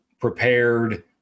prepared